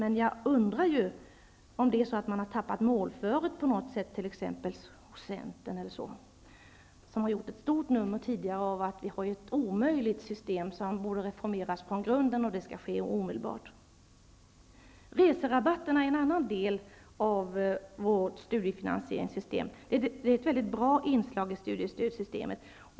Men jag undrar om man på något sätt har tappat målföret hos t.ex. Centern, som tidigare har gjort ett stort nummer av att vi har ett omöjligt system som borde reformeras från grunden, och detta skulle ske omedelbart. Reserabatterna är en annan del av vårt studiefinansieringssystem. De är ett mycket bra inslag i studiestödssystemet.